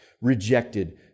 rejected